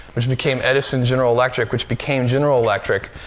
which became edison general electric, which became general electric,